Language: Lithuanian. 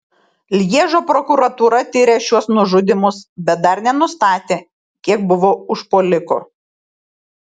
lježo prokuratūra tiria šiuos nužudymus bet dar nenustatė kiek buvo užpuolikų